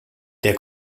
der